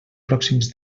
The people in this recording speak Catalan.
pròxims